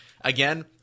Again